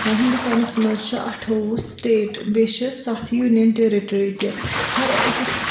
ہندوستانَس منٛز چھِ اٹھووُہ سِٹیٹہٕ بیٚیہِ چھِ سَتھ یونِیَن ٹیرِٹری تہِ ہَر أکِس